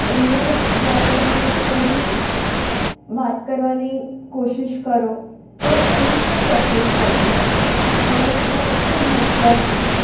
એને જ્યારે તમે કઈ બી વાત કરવાની કોશિશ કરો તો એને ખૂબ તકલીફ પડતી હોય છે પણ એ છે ખૂબ હોશિયાર છોકરો